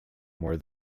more